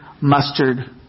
mustard